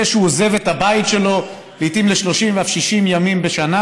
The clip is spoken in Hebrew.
שהוא עוזב את הבית שלו לעיתים ל-30 ואף ל-60 ימים בשנה,